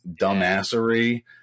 dumbassery